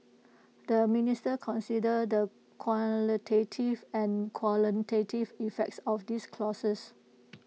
the minister considered the qualitative and quantitative effects of these clauses